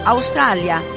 Australia